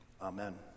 Amen